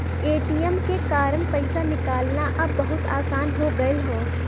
ATM के कारन पइसा निकालना अब बहुत आसान हो गयल हौ